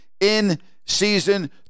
in-season